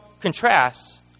contrasts